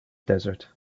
desert